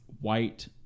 white